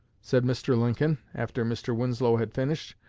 said mr. lincoln, after mr. winslow had finished,